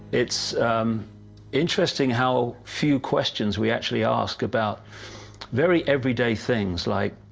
it's interesting how few questions we actually ask about very everyday things, like,